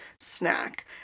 Snack